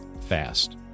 fast